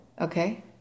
Okay